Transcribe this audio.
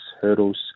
hurdles